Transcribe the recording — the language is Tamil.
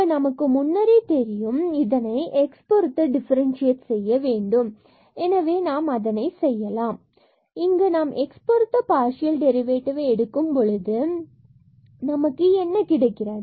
பின்பு நமக்கு முன்னரே தெரியும் இதனை நாம் x பொருத்து டிஃபரண்சியேட் செய்ய வேண்டும் எனவே நாம் அதை செய்யலாம் எனவே இங்கு நாம் x பொருத்த பார்சியல் டெரிவேட்டிவ் ஐ எடுக்கும் பொழுது நமக்கு என்ன கிடைக்கிறது